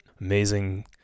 amazing